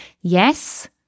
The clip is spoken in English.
yes